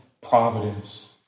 providence